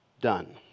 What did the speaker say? done